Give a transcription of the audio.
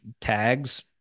tags